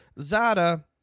Zada